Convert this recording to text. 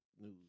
news